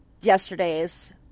yesterdays